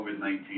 COVID-19